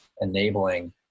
enabling